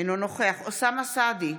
אינו נוכח אוסאמה סעדי,